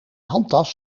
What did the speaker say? handtas